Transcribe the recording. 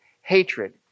hatred